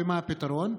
ומה הפתרון?